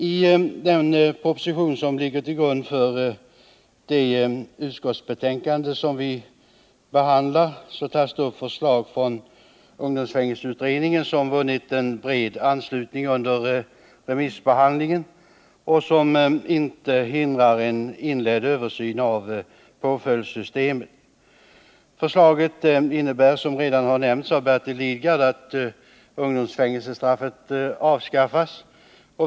I den proposition som ligger till grund för det utskottsbetänkande som vi nu behandlar tas det upp förslag från ungdomsfängelseutredningen som vunnit bred anslutning under remissbehandlingen och som inte hindrar en inledd översyn av påföljdssystemet. Förslaget innebär, som redan nämnts av Bertil Lidgard, att ungdomsfängelsestraffet avskaffas.